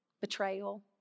betrayal